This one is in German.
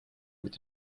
mit